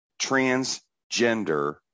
transgender